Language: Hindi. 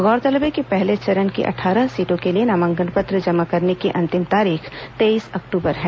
गौरतलब है कि पहले चरण की अट्ठारह सीटों के लिए नामांकन पत्र जमा करने की अंतिम तारीख तेईस अक्टूबर है